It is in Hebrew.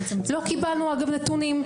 לא קיבלנו, אגב, נתונים.